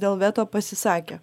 dėl veto pasisakė